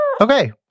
Okay